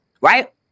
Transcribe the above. right